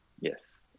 yes